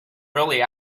really